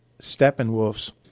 Steppenwolf's